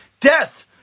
Death